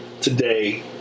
today